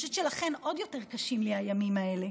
ואני חושבת שלכן עוד יותר קשים לי הימים האלה,